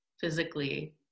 physically